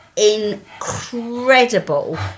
Incredible